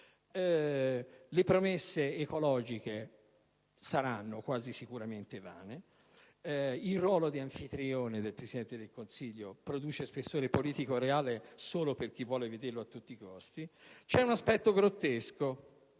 Le promesse ecologiche saranno quasi sicuramente vane. Il ruolo di anfitrione del Presidente del Consiglio produce spessore politico reale solo per chi vuole vederlo a tutti costi. C'è un aspetto grottesco